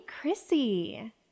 Chrissy